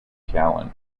calendar